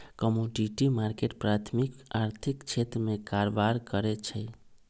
commodity market प्राथमिक आर्थिक क्षेत्र में कारबार करै छइ